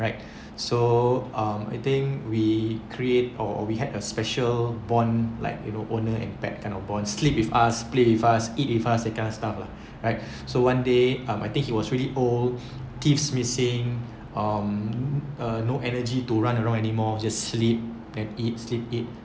right so um I think we create or we had a special bond like you know owner impact kind of sleep with us play with us eat with us that kind of stuff lah so one day I'm um he was really old teeth missing um uh no energy to run around anymore just sleep and eat sleep eat